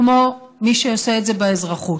כמו מי שעושה את זה באזרחות.